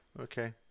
okay